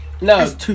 No